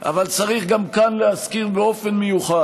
אבל צריך גם כאן להזכיר במיוחד